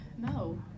No